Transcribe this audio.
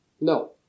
No